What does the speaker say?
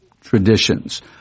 traditions